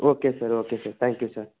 okay sir okay sir thank you sir